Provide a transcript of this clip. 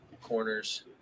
corners